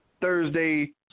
Thursday